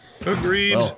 Agreed